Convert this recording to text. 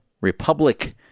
republic